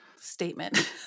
statement